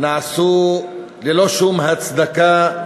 נעשו ללא שום הצדקה,